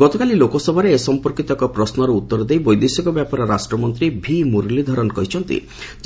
ଗତକାଳି ଲୋକସଭାରେ ଏ ସଂପର୍କିତ ଏକ ପଶ୍ମର ଉତ୍ତର ଦେଇ ବୈଦେଶିକ ବ୍ୟାପାର ରାଷ୍ଟ୍ରମନ୍ତ୍ରୀ ଭି ମୁରଲୀଧରନ କହିଛନ୍ତି